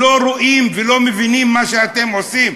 לא רואים ולא מבינים מה שאתם עושים?